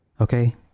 Okay